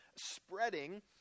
spreading